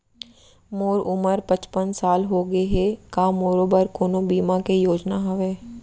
मोर उमर पचपन साल होगे हे, का मोरो बर कोनो बीमा के योजना हावे?